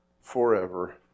forever